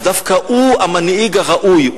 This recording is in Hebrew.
אז דווקא הוא המנהיג הראוי.